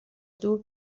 دور